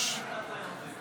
יש קונסנזוס על בקעת הירדן.